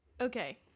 okay